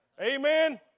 Amen